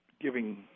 giving